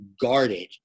guarded